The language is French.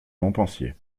montpensier